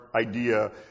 idea